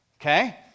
Okay